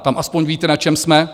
Tam alespoň víte, na čem jsme.